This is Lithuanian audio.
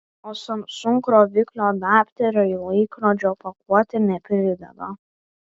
o samsung kroviklio adapterio į laikrodžio pakuotę neprideda